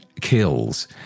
Kills